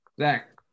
Zach